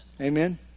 amen